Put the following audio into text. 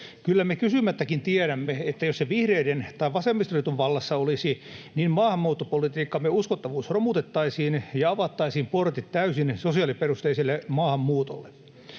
Kyllä me kysymättäkin tiedämme, että jos se vihreiden tai vasemmistoliiton vallassa olisi, niin maahanmuuttopolitiikkamme uskottavuus romutettaisiin ja avattaisiin portit täysin sosiaaliperusteiselle maahanmuutolle.